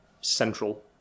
central